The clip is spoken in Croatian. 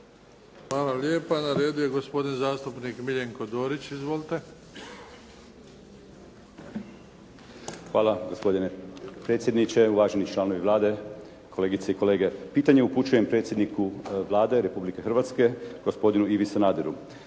Hvala lijepa. Na redu je gospodin zastupnik Miljenko Dorić. Izvolite. **Dorić, Miljenko (HNS)** Hvala gospodine predsjedniče, uvaženi članovi Vlade, kolegice i kolege. Pitanje upućujem predsjedniku Vlade Republike Hrvatske gospodinu Ivi Sanaderu.